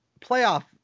playoff